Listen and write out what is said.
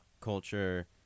culture